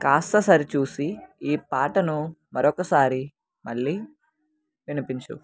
కాస్త సరిచూసి ఈ పాటను మరొకసారి మళ్ళీ వినిపించు